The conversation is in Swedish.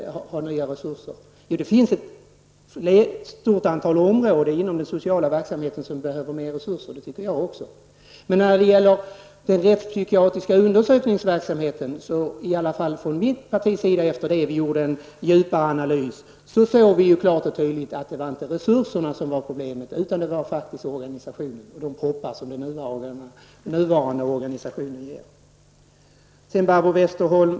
Däremot kan jag hålla med om att det på ett stort antal områden inom den sociala verksamheten behövs mer av resurser. Men när det gäller den rättspsykiatriska undersökningsverksamheten är i alla fall vi i mitt parti, efter det att en djupare analys gjorts, medvetna om, eftersom detta har framgått tydligt och klart, att det inte är resurserna som är problemet. I stället är det faktiskt organisationen och de proppar som nuvarande organisation ger upphov till som är problemet. Sedan några ord till Barbro Westerholm.